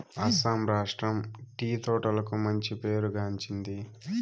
అస్సాం రాష్ట్రం టీ తోటలకు మంచి పేరు గాంచింది